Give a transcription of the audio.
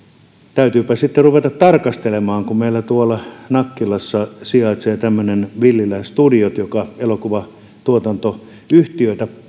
täytyypä sitten ruveta tarkastelemaan kun meillä tuolla nakkilassa sijaitsee tämmöinen villilä studiot joka elokuvatuotantoyhtiöitä